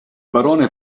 barone